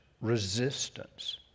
resistance